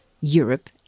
Europe